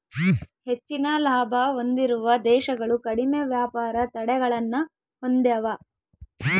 ಹೆಚ್ಚಿನ ಲಾಭ ಹೊಂದಿರುವ ದೇಶಗಳು ಕಡಿಮೆ ವ್ಯಾಪಾರ ತಡೆಗಳನ್ನ ಹೊಂದೆವ